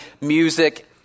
music